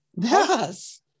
Yes